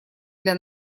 для